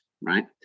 right